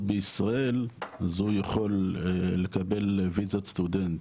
בישראל אז הוא יכול לקבל וויזת סטודנט.